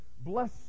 bless